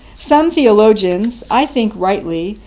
some theologians, i think rightly,